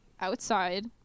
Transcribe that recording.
outside